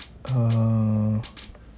uh